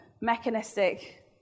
mechanistic